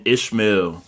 Ishmael